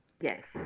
Yes